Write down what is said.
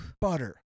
Butter